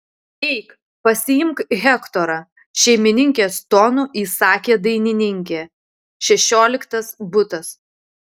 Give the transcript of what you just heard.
eik pasiimk hektorą šeimininkės tonu įsakė dainininkė šešioliktas butas